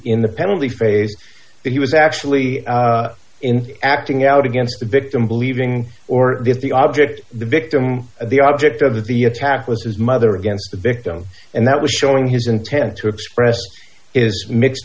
in the penalty phase that he was actually in acting out against the victim believing or if the object the victim the object of the attack was his mother against the victim and that was showing his intent to express mixed